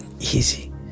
easy